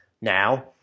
now